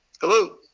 Hello